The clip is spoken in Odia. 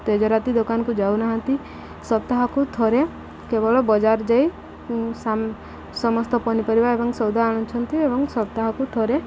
ତେଜରାତି ଦୋକାନକୁ ଯାଉନାହାନ୍ତି ସପ୍ତାହକୁ ଥରେ କେବଳ ବଜାର ଯାଇ ସମସ୍ତ ପନିପରିବା ଏବଂ ସଉଦା ଆଣୁଛନ୍ତି ଏବଂ ସପ୍ତାହକୁ ଥରେ